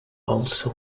also